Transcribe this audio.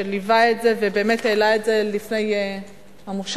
שליווה את זה ובאמת העלה את זה לפני תום המושב,